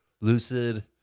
Lucid